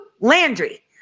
Landry